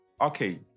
Okay